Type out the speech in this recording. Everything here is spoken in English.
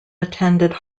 attended